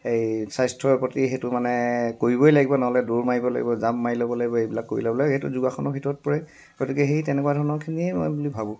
সেই স্বাস্থ্যৰ পৰি সেইটো মানে কৰিবই লাগিব নহ'লে দৌৰ মাৰিব লাগিব জাঁপ মাৰি ল'ব লাগিব সেইবিলাক কৰি ল'ব লাগিব সেইটো যোগাসনৰ ভিতৰত পৰে গতিকে সেই তেনেকুৱা ধৰণৰখিনিয়ে মই বুলি ভাবোঁ